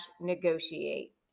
negotiate